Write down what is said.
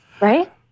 Right